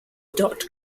dot